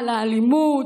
על האלימות.